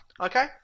okay